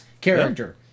character